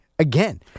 Again